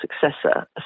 successor